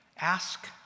Ask